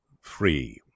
free